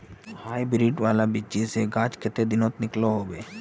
Hybrid वाला बिच्ची से गाछ कते दिनोत निकलो होबे?